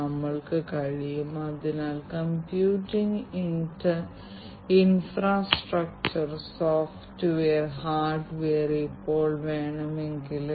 നിർമ്മാണ വ്യവസായത്തിൽ വ്യത്യസ്ത ഉപകരണങ്ങൾ വ്യത്യസ്ത യന്ത്രങ്ങൾ ഉപകരണങ്ങൾ തൊഴിലാളികൾ വിതരണ ശൃംഖല വർക്ക് പ്ലാറ്റ്ഫോം എന്നിവയുടെ പരസ്പര ബന്ധവും സംയോജനവും